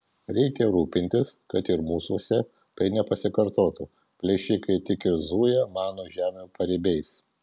reikia rūpintis kad ir mūsuose tai nepasikartotų plėšikai tik ir zuja mano žemių paribiais